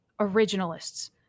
originalists